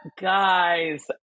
Guys